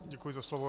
Děkuji za slovo.